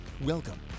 Welcome